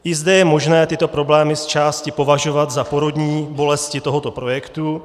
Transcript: I zde je možné tyto problémy zčásti považovat za porodní bolesti tohoto projektu.